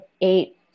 eight